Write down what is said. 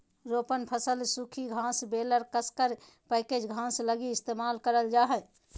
रोपण फसल सूखी घास बेलर कसकर पैकेज घास लगी इस्तेमाल करल जा हइ